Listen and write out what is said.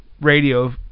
radio